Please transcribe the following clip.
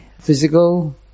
physical